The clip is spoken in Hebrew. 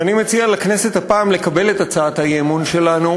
ואני מציע לכנסת הפעם לקבל את הצעת האי-אמון שלנו,